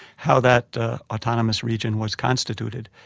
how that autonomous region was constituted.